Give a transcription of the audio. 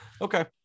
Okay